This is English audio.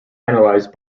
analyzed